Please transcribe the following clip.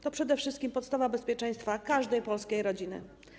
To przede wszystkim podstawa bezpieczeństwa każdej polskiej rodziny.